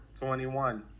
21